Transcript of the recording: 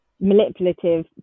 manipulative